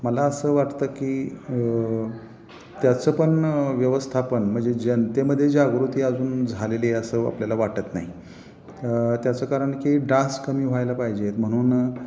मला असं वाटतं की त्याचं पण व्यवस्थापन म्हणजे जनतेमध्ये जागृती अजून झालेली असं आपल्याला वाटत नाही त्याचं कारण की डास कमी व्हायला पाहिजे म्हणून